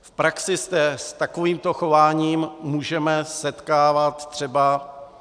V praxi se s takovýmto chováním můžeme setkávat třeba...